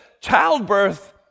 Childbirth